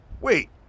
Wait